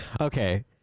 Okay